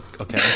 Okay